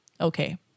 Okay